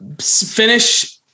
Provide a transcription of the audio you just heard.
finish